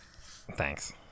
thanks